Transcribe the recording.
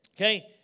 Okay